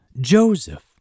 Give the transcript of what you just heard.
Joseph